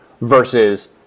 versus